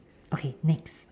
okay next